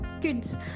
kids